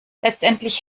letztendlich